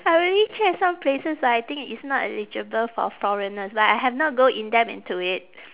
I really check some places but I think it's not eligible for foreigners but I have not go in depth into it